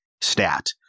stat